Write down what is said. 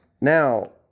Now